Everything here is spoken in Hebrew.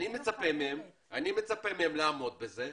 אני מצפה מהם לעמוד בזה.